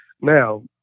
Now